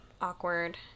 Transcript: awkward